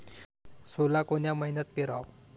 सोला कोन्या मइन्यात पेराव?